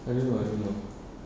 I don't know I don't know